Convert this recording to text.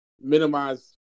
minimize